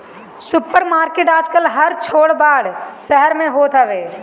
super market आजकल हर छोट बड़ शहर में होत हवे